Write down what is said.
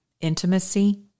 intimacy